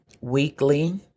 weekly